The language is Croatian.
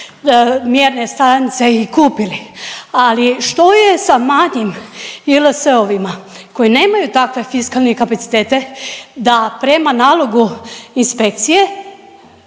mjerne stanice i kupili. Ali što je sa manjim JLS-ovima koji nemaju takve fiskalne kapacitete da prema nalogu inspekcije